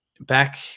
back